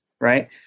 right